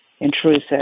intrusive